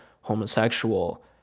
homosexual